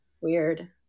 Weird